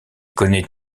connaît